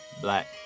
black